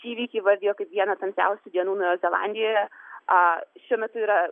šį įvykį įvardijo kaip vieną tamsiausių dienų naujoje zelandijoje a šiuo metu yra